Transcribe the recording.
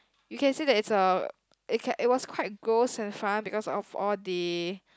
you can say that it's a it can it was quite close and far because of the